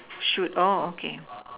should orh okay